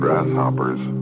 Grasshoppers